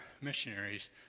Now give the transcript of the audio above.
missionaries